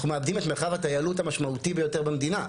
אנחנו מאבדים את מרחב הטיילות המשמעותי ביותר במדינה,